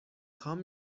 خوام